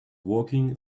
walking